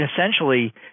Essentially